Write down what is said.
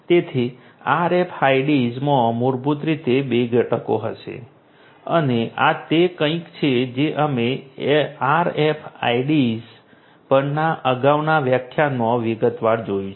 તેથી RFIDs માં મૂળભૂત રીતે બે ઘટકો હશે અને આ તે કંઈક છે જે અમે RFIDs પરના અગાઉના વ્યાખ્યાનમાં વિગતવાર જોયું છે